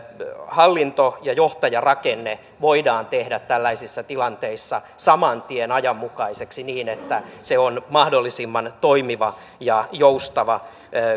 hallinto ja johtajarakenne voidaan tehdä tällaisissa tilanteissa saman tien ajanmukaiseksi niin että se on mahdollisimman toimiva ja joustava